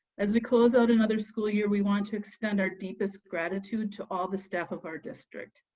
as we close out another school year, we want to extend our deepest gratitude to all the staff of our district.